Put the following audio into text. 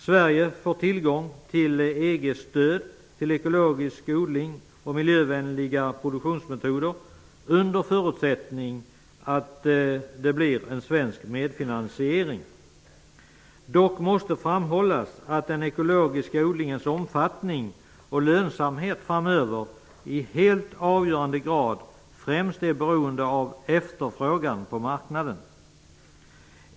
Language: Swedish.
Sverige får tillgång till EG:s stöd till ekologisk odling och miljövänliga produktionsmetoder under förutsättning att det blir en svensk medfinansiering. Dock måste det framhållas att den ekologiska odlingens omfattning och lönsamhet framöver i helt avgörande grad främst är beroende av efterfrågan på marknaden.